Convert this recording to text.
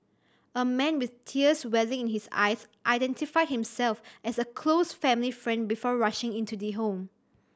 a man with tears welling in his eyes identified himself as a close family friend before rushing into the home